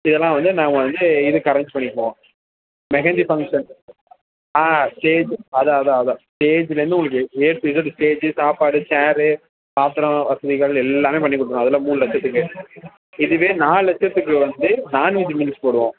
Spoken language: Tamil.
இதெல்லாம் வந்து நாங்கள் வந்து இதுக்குஅரேஞ்ச் பண்ணிப்போம் மெஹந்தி ஃபங்க்ஷன் ஆ ஸ்டேஜ் அதுதான் அதுதான் அதுதான் ஸ்டேஜ்லேருந்து உங்களுக்கு ஏ டூ இசட் ஸ்டேஜு சாப்பாடு சேர்ரு பாத்ரம் வசதிகள் எல்லாமே பண்ணிக் கொடுத்துருவோம் அதெல்லாம் மூணு லட்சத்துக்கு இதுவே நாலு லட்சத்துக்கு வந்து நாண்வெஜ் மீல்ஸ் போடுவோம்